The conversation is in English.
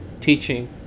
teaching